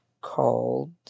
called